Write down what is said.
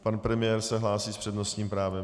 Pan premiér se hlásí s přednostním právem.